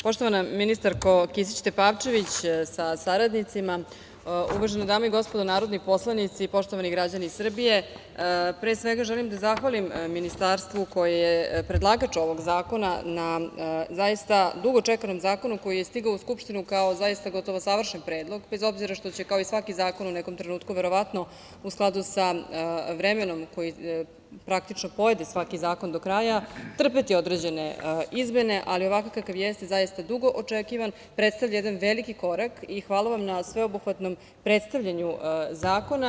Poštovana ministarko Kisić Tepavčević sa saradnicima, uvažene dame i gospodo narodni poslanici, poštovani građani Srbije, pre svega želim da zahvalim ministarstvu koje je predlagač ovog zakona na zaista dugo čekanom zakonu koji je stigao u Skupštinu kao zaista gotovo završen predlog, bez obzira što će kao i svaki zakon u nekom trenutku verovatno u skladu sa vremenom koji praktično pojede svaki zakon do kraja trpeti određene izmene, ali ovakav kakav jeste zaista, dugo očekivan, predstavlja jedan veliki korak i hvala vam na sveobuhvatnom predstavljanju zakona.